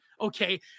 okay